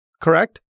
correct